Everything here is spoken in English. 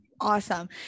awesome